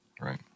right